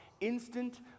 instant